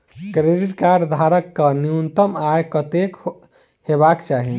Credit card धारक कऽ न्यूनतम आय कत्तेक हेबाक चाहि?